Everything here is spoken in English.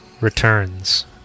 returns